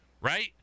right